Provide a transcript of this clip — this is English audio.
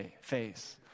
face